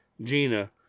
Gina